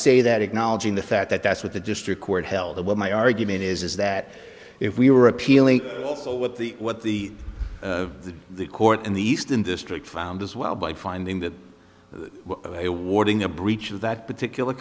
fact that that's what the district court held that what my argument is is that if we were appealing also what the what the the the court in the eastern district found as well by finding that awarding a breach of that particular